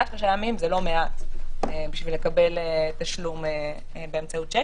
שלושה ימים זה לא מעט בשביל לקבל תשלום באמצעות שיק.